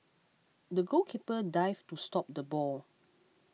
the goalkeeper dived to stop the ball